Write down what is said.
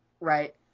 right